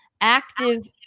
active